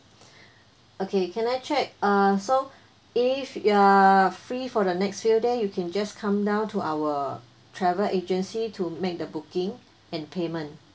okay can I check uh so if you are free for the next few day you can just come down to our travel agency to make the booking and payment